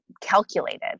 calculated